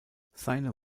seine